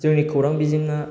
जोंनि खौरां बिजोङा